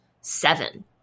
seven